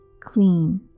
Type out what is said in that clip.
clean